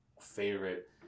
favorite